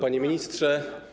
Panie Ministrze!